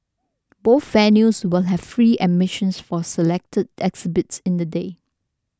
both venues will have free admissions for selected exhibits in the day